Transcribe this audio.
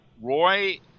Roy